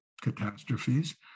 catastrophes